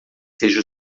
seja